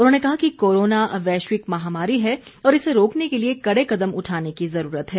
उन्होंने कहा कि कोरोना वैश्विक महामारी है और इसे रोकने के लिए कड़े कदम उठाने की जरूरत है